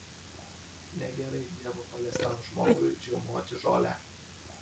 negerai dievo paliestam žmogui žiaumoti žolę